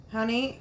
Honey